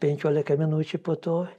penkiolika minučių po to